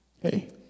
Hey